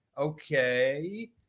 Okay